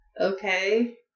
Okay